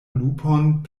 lupon